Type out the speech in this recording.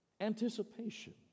Anticipation